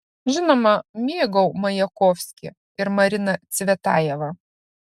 žinoma mėgau majakovskį ir mariną cvetajevą